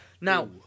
Now